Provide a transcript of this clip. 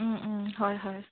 হয় হয়